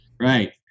Right